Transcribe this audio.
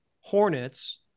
Hornets